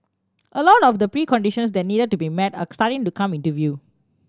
a lot of the preconditions that needed to be met are starting to come into view